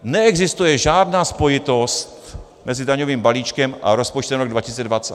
Neexistuje žádná spojitost mezi daňovým balíčkem a rozpočtem na rok 2020.